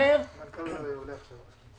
מנכ"ל משרד הכלכלה עולה עכשיו ל-זום.